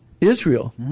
Israel